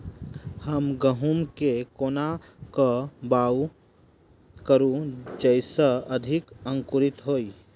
हम गहूम केँ कोना कऽ बाउग करू जयस अधिक अंकुरित होइ?